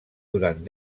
durant